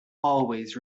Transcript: always